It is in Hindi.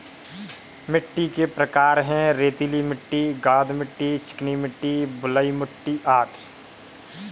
मिट्टी के प्रकार हैं, रेतीली मिट्टी, गाद मिट्टी, चिकनी मिट्टी, बलुई मिट्टी अदि